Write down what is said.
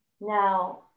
Now